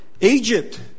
Egypt